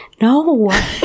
No